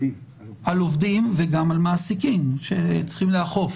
על עובדים וגם על מעסיקים שצריכים לאכוף.